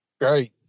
Great